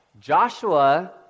Joshua